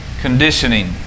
conditioning